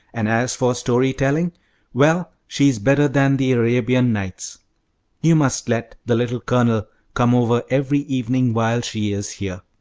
and as for story-telling well, she's better than the arabian nights you must let the little colonel come over every evening while she is here.